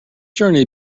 journey